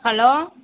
hello